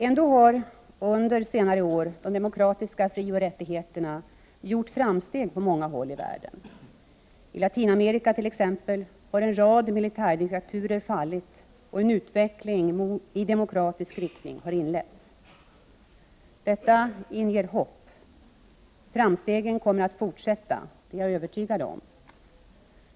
Ändå har de demokratiska frioch rättigheterna under senare år gjort framsteg på många håll i världen. I Latinamerika t.ex. har en rad militärdiktaturer fallit, och en utveckling i demokratisk riktning har inletts. Detta inger hopp. Framstegen kommer att fortsätta — det är jag övertygad om.